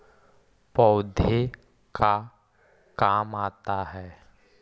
पौधे का काम आता है?